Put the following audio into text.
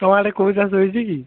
ତୁମ ଆଡ଼େ କେଉଁ ଚାଷ ହେଇଛି କି